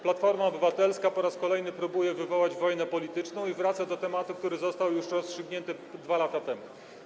Platforma Obywatelska po raz kolejny próbuje wywołać wojnę polityczną i wraca do tematu, który został już rozstrzygnięty 2 lata temu.